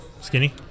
Skinny